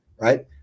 right